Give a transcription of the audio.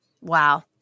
Wow